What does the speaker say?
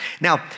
Now